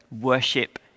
worship